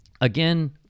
Again